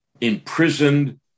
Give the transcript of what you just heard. imprisoned